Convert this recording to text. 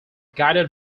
guided